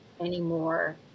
anymore